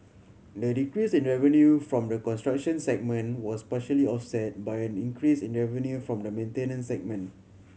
the decrease in revenue from the construction segment was partially offset by increase in revenue from the maintenance segment